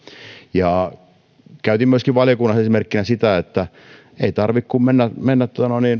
käytin myöskin valiokunnassa esimerkkinä sitä ettei teidän tarvitse kuin mennä mennä